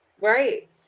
Right